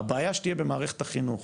הבעיה שתהיה במערכת החינוך